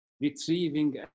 retrieving